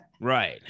Right